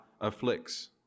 afflicts